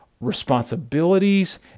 responsibilities